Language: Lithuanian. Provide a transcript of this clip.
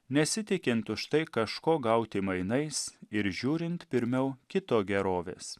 nesitikint už tai kažko gauti mainais ir žiūrint pirmiau kito gerovės